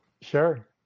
Sure